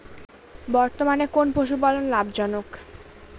বর্তমানে কোন পশুপালন লাভজনক?